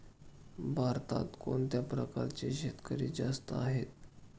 भारतात कोणत्या प्रकारचे शेतकरी जास्त आहेत?